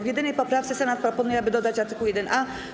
W jedynej poprawce Senat proponuje, aby dodać art. 1a.